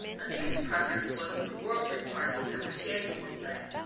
undine's preference was for the worldly parties, at which games were played,